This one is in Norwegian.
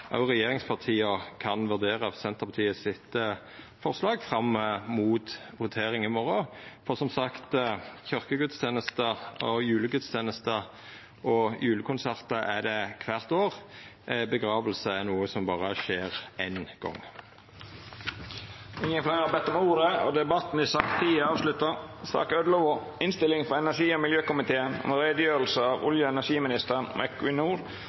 regjeringspartia kan vurdera Senterpartiets forslag fram mot voteringa i morgon. For, som sagt: Kyrkjegudstenester og julegudstenester og julekonsertar er det kvart år. Gravferd er noko som berre skjer éin gong. Fleire har ikkje bedt om ordet til sak nr. 10. Etter ønske frå energi- og miljøkomiteen vil presidenten ordna debatten slik: 3 minutt til kvar partigruppe og